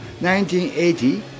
1980